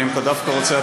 אבל אם אתה דווקא רוצה,